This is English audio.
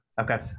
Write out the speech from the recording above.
Okay